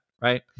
right